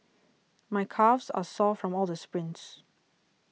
my calves are sore from all the sprints